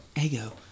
Ego